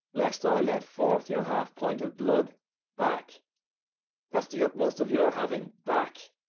lest i let forth your half pint of blood back that's the utmost of your having back.